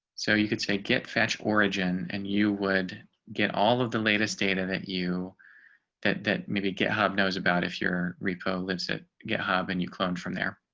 so you could say get fetch origin and you would get all of the latest data that you that that maybe github knows about. if your repo lives it github and you clone from there.